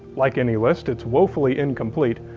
like any list it's woefully incomplete,